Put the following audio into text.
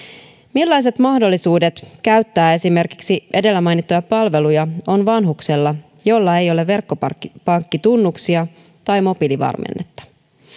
millaiset mahdollisuudet käyttää esimerkiksi edellä mainittuja palveluja on vanhuksella jolla ei ole verkkopankkitunnuksia tai mobiilivarmennetta